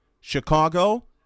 Chicago